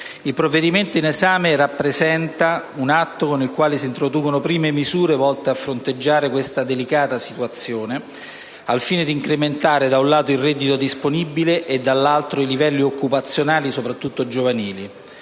Il provvedimento in esame rappresenta un atto con il quale si introducono prime misure volte a fronteggiare questa delicata situazione, al fine di incrementare, da un lato, il reddito disponibile e, dall'altro, i livelli occupazionali soprattutto giovanili.